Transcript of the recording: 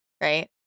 right